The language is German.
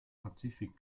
pazifik